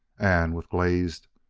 and, with glazed,